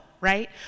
right